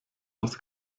aus